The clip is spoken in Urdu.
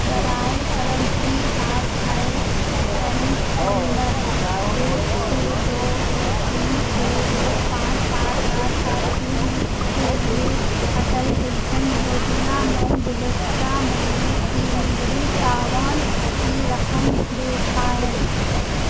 براہ کرم P R A N number ایک چھ دو ایک تین چھ ایک پانچ آٹھ آٹھ آٹھ تین کے لیے اٹل پینشن یوجنا میں گزشتہ مہینے کی میری تاوان کی رقم دکھائیں